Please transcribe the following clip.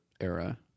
era